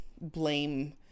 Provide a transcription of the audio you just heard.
blame